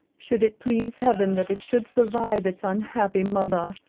should it please heaven that it should survive its unhappy mother.